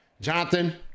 Jonathan